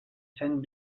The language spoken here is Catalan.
saint